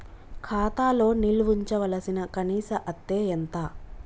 ఖాతా లో నిల్వుంచవలసిన కనీస అత్తే ఎంత?